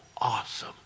awesome